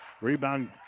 Rebound